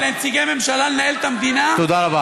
ולנציגי ממשלה לנהל את המדינה, תודה רבה.